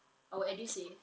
our edusave